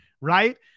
Right